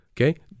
Okay